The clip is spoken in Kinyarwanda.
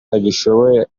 agishoboye